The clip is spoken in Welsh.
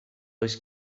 oes